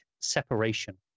separation